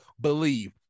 BELIEVE